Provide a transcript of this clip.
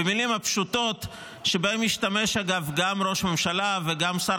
במילים הפשוטות שבהן השתמשו אגב גם ראש הממשלה וגם שר